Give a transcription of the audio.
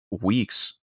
weeks